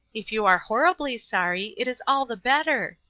if you are horribly sorry it is all the better.